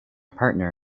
partner